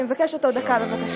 אני מבקשת עוד דקה, בבקשה.